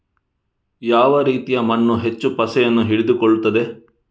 ಯಾವ ರೀತಿಯ ಮಣ್ಣು ಹೆಚ್ಚು ಪಸೆಯನ್ನು ಹಿಡಿದುಕೊಳ್ತದೆ?